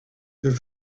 their